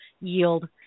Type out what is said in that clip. yield